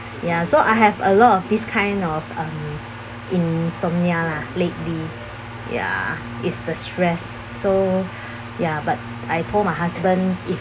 ya so I have a lot of this kind of um insomnia lah lately ya is the stress so ya but I told my husband if